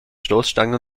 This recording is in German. stoßstangen